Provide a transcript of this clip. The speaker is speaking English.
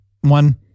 one